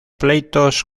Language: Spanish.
pleitos